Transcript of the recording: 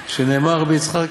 שנאמר" רבי יצחק?